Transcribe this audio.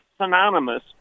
synonymous